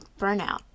burnout